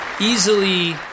Easily